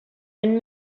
and